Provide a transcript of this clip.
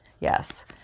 yes